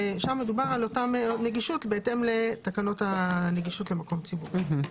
ושם מדובר על אותה נגישות בהתאם לתקנות הנגישות למקום ציבורי.